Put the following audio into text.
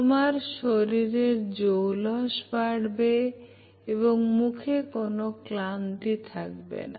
তোমার শরীরের জৌলুস বাড়বে এবং মুখে কোন ক্লান্তি থাকবে না